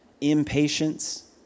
Impatience